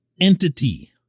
entity